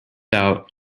out